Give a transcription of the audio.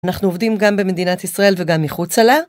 אנחנו עובדים גם במדינת ישראל וגם מחוץ עליה.